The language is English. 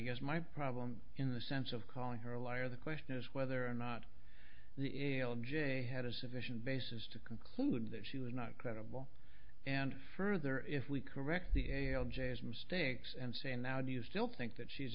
guess my problem in the sense of calling her a liar the question is whether or not israel j had a sufficient basis to conclude that she was not credible and further if we correct the jays mistakes and say now do you still think that she's